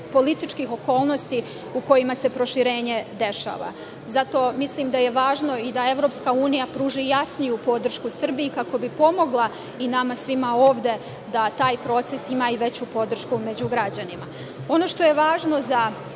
političkih okolnosti u kojima se proširenje dešava. Zato mislim da je važno i da EU pruži jasniju podršku Srbiji, kako bi pomogla i nama svima ovde da taj proces ima i veću podršku među građanima. Ono što je važno za